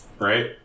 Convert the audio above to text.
Right